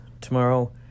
Tomorrow